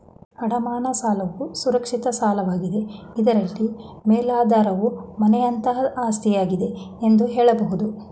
ಅಡಮಾನ ಸಾಲವು ಸುರಕ್ಷಿತ ಸಾಲವಾಗಿದೆ ಇದ್ರಲ್ಲಿ ಮೇಲಾಧಾರವು ಮನೆಯಂತಹ ಆಸ್ತಿಯಾಗಿದೆ ಎಂದು ಹೇಳಬಹುದು